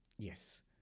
Yes